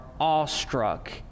awestruck